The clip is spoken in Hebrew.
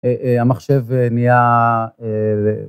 המחשב נהיה